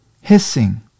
Hissing